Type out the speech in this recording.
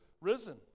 risen